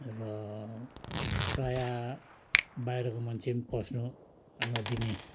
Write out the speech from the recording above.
र प्रायः बाहिरको मान्छे पनि पस्नु नदिने